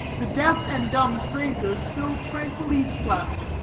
the deaf and dumb stranger still tranquilly slept,